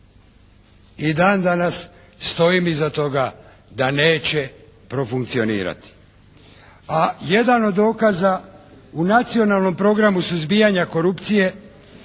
i dan danas stojim iza toga da neće profunkcionirati. A jedan od dokaza u Nacionalnom programu suzbijanja korupcije